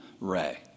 Ray